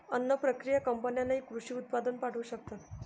अन्न प्रक्रिया कंपन्यांनाही कृषी उत्पादन पाठवू शकतात